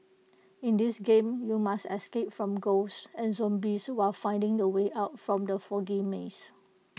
in this game you must escape from ghosts and zombies while finding the way out from the foggy maze